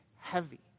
heavy